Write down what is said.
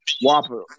Whopper